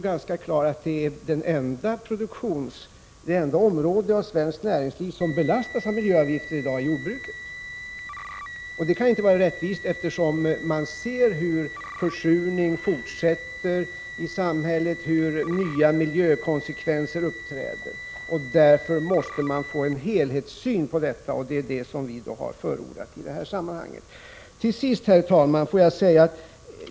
Jordbruket är emellertid det enda område av svenskt näringsliv som i dag belastas av miljöavgifterna. Det kan ju inte vara rättvist, eftersom man ser hur försurningen fortsätter i samhället och hur nya miljökonsekvenser uppträder. Därför måste man få en helhetssyn. Det är det som vi har förordat i detta sammanhang. Till sist, herr talman, vill jag säga följande.